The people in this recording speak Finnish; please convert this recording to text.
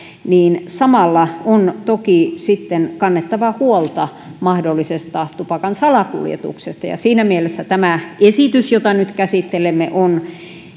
niin samalla on toki sitten kannettava huolta mahdollisesta tupakan salakuljetuksesta siinä mielessä tämä esitys jota nyt käsittelemme on